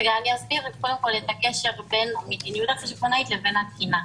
אני אסביר קודם כל את הקשר בין מדיניות חשבונאית לבין התקינה.